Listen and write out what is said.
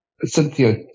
Cynthia